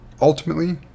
ultimately